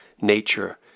nature